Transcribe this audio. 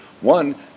One